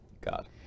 God